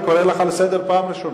אני קורא לך לסדר פעם ראשונה.